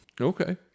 Okay